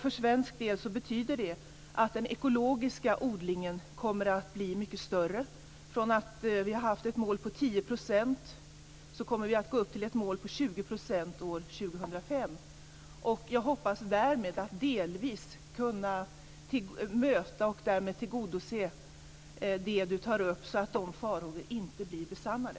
För svensk del betyder det att den ekologiska odlingen kommer att bli mycket större. Vi har haft ett mål på 10 %. Nu kommer vi att gå upp till ett mål på 20 % år 2005. Jag hoppas att vi där kan möta och tillgodose det Karin Svensson Smith tar upp så att dessa farhågor inte blir besannade.